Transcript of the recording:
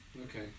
okay